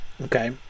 Okay